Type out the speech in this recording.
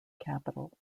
capitol